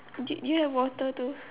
okay do you have water too